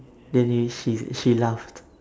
then he she she laughed